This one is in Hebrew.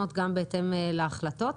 גם לאיחוד הצלה,